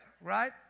right